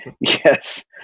Yes